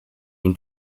been